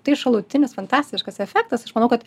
tai šalutinis fantastiškas efektas aš manau kad